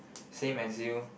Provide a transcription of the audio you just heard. same as you